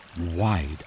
wide